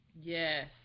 Yes